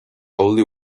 only